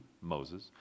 Moses